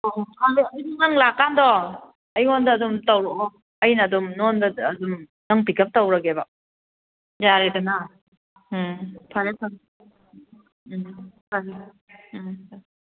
ꯑꯣ ꯑꯗꯣ ꯅꯪ ꯂꯥꯛꯀꯥꯟꯗꯣ ꯑꯩꯉꯣꯟꯗ ꯑꯗꯨꯝ ꯇꯧꯔꯛꯑꯣ ꯑꯩꯅ ꯑꯗꯨꯝ ꯅꯪꯉꯣꯟꯗ ꯑꯗꯨꯝ ꯅꯪ ꯄꯤꯛ ꯎꯞ ꯇꯧꯔꯒꯦꯕ ꯌꯥꯔꯦꯗꯅ ꯎꯝ ꯐꯔꯦ ꯐꯔꯦ ꯎꯝ ꯎꯝ